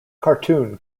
cartoon